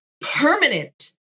permanent